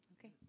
okay